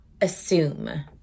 assume